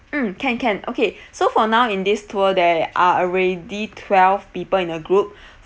mm can can okay so for now in this tour there are already twelve people in the group